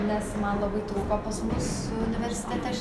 nes man labai trūko pas mus universitete aš